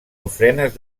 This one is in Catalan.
ofrenes